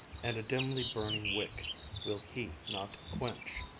and a dimly burning wick will he not quench,